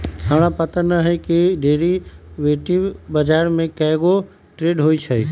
हमरा पता न हए कि डेरिवेटिव बजार में कै गो ट्रेड होई छई